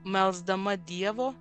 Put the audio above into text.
melsdama dievo